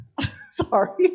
sorry